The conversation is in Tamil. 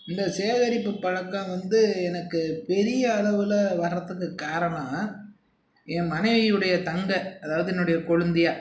இந்த சேகரிப்பு பழக்கம் வந்து எனக்கு பெரிய அளவில் வரதுக்கு காரணம் என் மனைவியுடைய தங்கை அதாவது என்னுடைய கொளுந்தியா